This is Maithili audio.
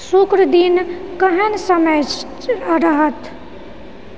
शुक्र दिन केहन समय रहत